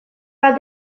bat